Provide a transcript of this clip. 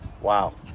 Wow